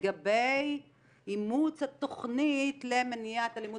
לגבי אימוץ התכנית למניעת אלימות